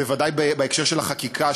בוודאי בהקשר של החקיקה,